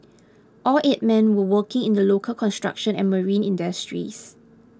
all eight men were working in the local construction and marine industries